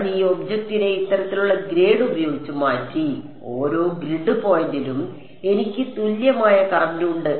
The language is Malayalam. ഞാൻ ഈ ഒബ്ജക്റ്റിനെ ഇത്തരത്തിലുള്ള ഗ്രേഡ് ഉപയോഗിച്ച് മാറ്റി ഓരോ ഗ്രിഡ് പോയിന്റിലും എനിക്ക് തുല്യമായ കറന്റ് ഉണ്ട്